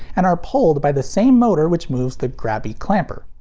and are pulled by the same motor which moves the grabby clamper.